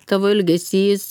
tavo elgesys